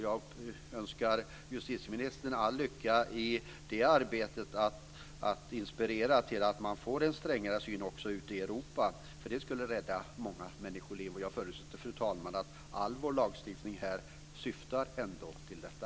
Jag önskar justitieministern all lycka i arbetet att inspirera till en strängare syn också ute i Europa, för det skulle rädda många människoliv. Och jag förutsätter, fru talman, att all vår lagstiftning syftar till detta.